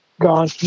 gone